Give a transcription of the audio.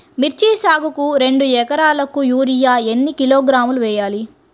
మిర్చి సాగుకు రెండు ఏకరాలకు యూరియా ఏన్ని కిలోగ్రాములు వేయాలి?